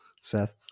Seth